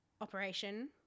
operation